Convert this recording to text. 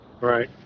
Right